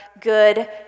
good